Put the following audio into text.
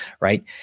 right